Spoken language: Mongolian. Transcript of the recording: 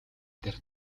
дээр